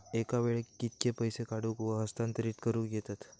एका वेळाक कित्के पैसे काढूक व हस्तांतरित करूक येतत?